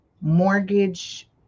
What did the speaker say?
mortgage